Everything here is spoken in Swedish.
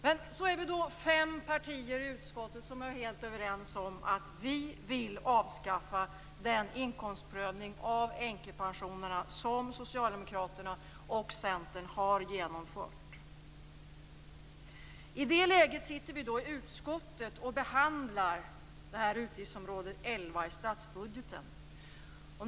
Men så är vi fem partier i utskottet som är helt överens om att vi vill avskaffa den inkomstprövning av änkepensionerna som Socialdemokraterna och Centern har genomfört. I det läget sitter vi i utskottet och behandlar utgiftsområde 11 i statsbudgeten.